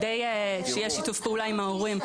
על מנת לייצר גם שיתוף פעולה עם ההורים.